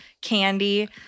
candy